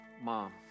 mom